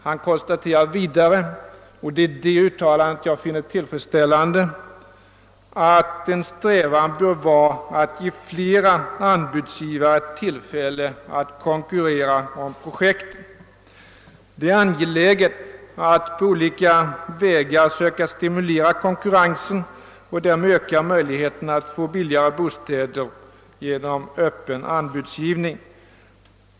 Han konstate rade vidare — det är detta uttalande jag finner tillfredsställande — att >en strävan bör ——— vara att ge flera anbudsgivare tillfälle att konkurrera om projekten». Det är angeläget att på olika vägar söka stimulera konkurrensen och därmed öka möjligheterna att få billigare bostäder genom öppen anbudsgivning.